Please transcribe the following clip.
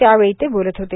त्यावेळी ते बोलत होते